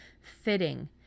fitting